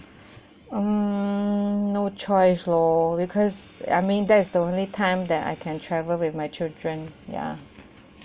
um no choice lor because I mean that is the only time that I can travel with my children ya